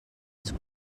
ens